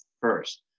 first